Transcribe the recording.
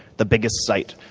the biggest site,